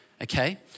Okay